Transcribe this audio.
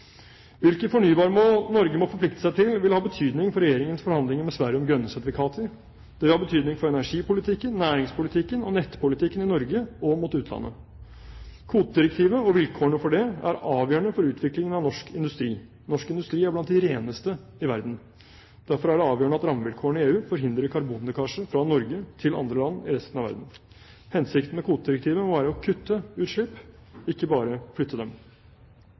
Hvilke fornybarmål Norge må forplikte seg til, vil ha betydning for Regjeringens forhandlinger med Sverige om grønne sertifikater. Det vil ha betydning for energipolitikken, næringspolitikken og nettpolitikken i Norge og mot utlandet. Kvotedirektivet og vilkårene for det er avgjørende for utviklingen av norsk industri. Norsk industri er blant de reneste i verden. Derfor er det avgjørende at rammevilkårene i EU forhindrer karbonlekkasje fra Norge til andre land i resten av verden. Hensikten med kvotedirektivet må være å kutte utslipp, ikke bare å flytte dem.